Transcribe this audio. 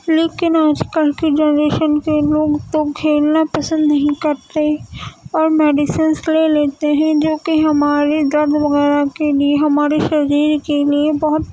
لیکن آج کل کے جنریشن کے لوگ تو کھیلنا پسند نہیں کرتے اور میڈیسینس لے لیتے ہیں جو کہ ہمارے درد وغیرہ کے لیے ہمارے شریر کے لیے بہت